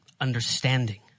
understanding